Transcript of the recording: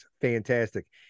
Fantastic